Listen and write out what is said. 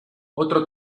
otro